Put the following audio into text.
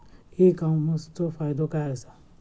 E कॉमर्सचो फायदो काय असा?